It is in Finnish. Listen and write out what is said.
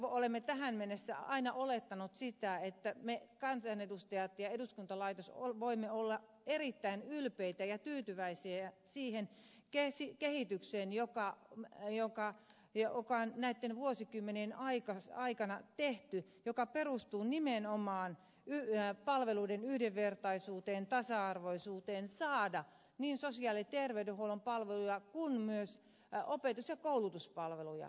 olemme tähän mennessä aina olettaneet että me kansanedustajat ja eduskuntalaitos voimme olla erittäin ylpeitä ja tyytyväisiä siihen kehitykseen joka on näitten vuosikymmenien aikana tehty ja joka perustuu nimenomaan palveluiden yhdenvertaisuuteen tasa arvoisuuteen saada niin sosiaali ja terveydenhuollon palveluja kuin myös opetus ja koulutuspalveluja